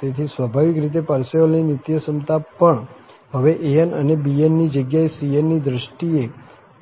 તેથી સ્વાભાવિક રીતે પારસેવલની નિત્યસમતા પણ હવે an અને bn ની જગ્યાએ cn ની દ્રષ્ટિએ